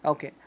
Okay